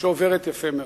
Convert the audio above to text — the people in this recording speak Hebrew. שעוברת יפה מאוד.